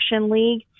League